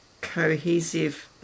cohesive